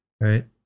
right